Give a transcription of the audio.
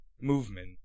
movement